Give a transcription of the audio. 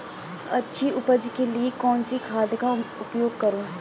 अच्छी उपज के लिए कौनसी खाद का उपयोग करूं?